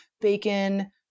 bacon